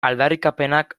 aldarrikapenak